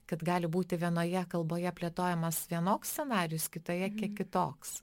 kad gali būti vienoje kalboje plėtojamas vienoks scenarijus kitoje kiek kitoks